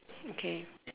okay